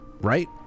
right